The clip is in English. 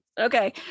Okay